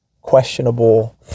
Questionable